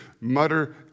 mutter